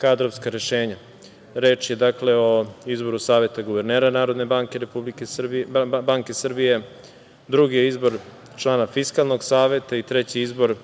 kadrovska rešenja. Reč je o izboru Saveta guvernera Narodne banke Srbije, drugi je izbor člana Fiskalnog saveta, treći je izbor